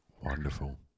Wonderful